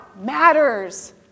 matters